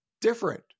different